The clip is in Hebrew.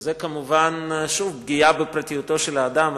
זו כמובן שוב פגיעה בפרטיותו של האדם.